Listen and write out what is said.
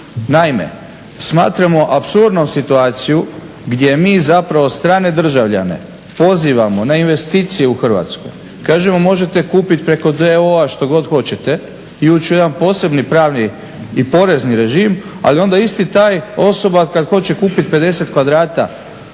Naime, smatramo apsurdnom situaciju gdje mi strane državljane pozivamo na investicije u Hrvatsku. kažemo možete kupiti preko d.o.o.-a što god hoćete i ući u jedan posebni pravni i porezni režim, ali onda ista ta osoba kada hoće kupiti 50 kvadrata